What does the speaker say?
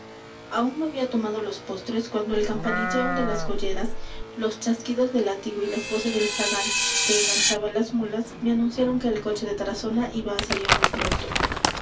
aún no había tomado los postres cuando el campanilleo de las colleras los chasquidos del látigo y las voces del zagal que enganchaba las mulas me anunciaron que el coche de tarazona iba á salir muy pronto